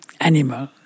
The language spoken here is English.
animal